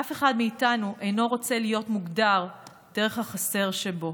אף אחד מאיתנו אינו רוצה להיות מוגדר דרך החסר שבו.